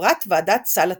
וכחברת ועדת סל התרופות.